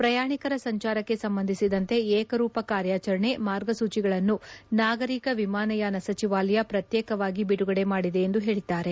ಪ್ರಯಾಣಿಕರ ಸಂಚಾರಕ್ಕೆ ಸಂಬಂಧಿಸಿದಂತೆ ಏಕರೂಪ ಕಾರ್ಯಾಚರಣೆ ಮಾರ್ಗಸೂಚಿಗಳನ್ನು ನಾಗರಿಕ ವಿಮಾನಯಾನ ಸಚಿವಾಲಯ ಪ್ರತ್ಯೇಕವಾಗಿ ಬಿಡುಗಡೆ ಮಾಡಿದೆ ಎಂದು ಹೇಳಿದ್ಲಾರೆ